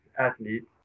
athletes